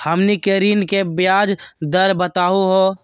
हमनी के ऋण के ब्याज दर बताहु हो?